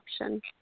option